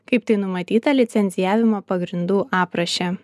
kaip tai numatyta licencijavimo pagrindų apraše